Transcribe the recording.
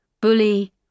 bully